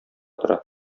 тора